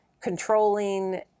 controlling